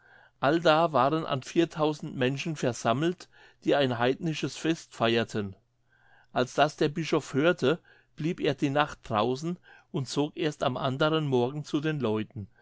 allda waren an viertausend menschen versammelt die ein heidnisches fest feierten als das der bischof hörte blieb er die nacht draußen und zog erst am anderen morgen zu den leuten